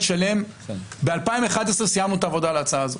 שלם ב-2011 סיימנו את העבודה על ההצעה הזאת.